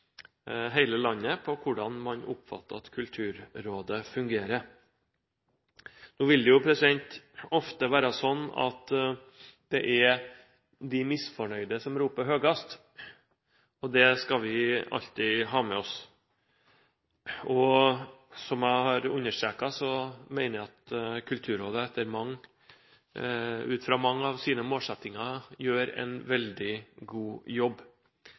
landet om hvordan man oppfatter at Kulturrådet fungerer. Nå vil det jo ofte være sånn at det er de misfornøyde som roper høyest, og det skal vi alltid ha med oss. Som jeg har understreket, mener jeg at Kulturrådet ut fra mange av sine målsettinger gjør en veldig god jobb.